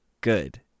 good